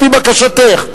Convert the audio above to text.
לפי בקשתך.